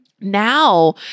now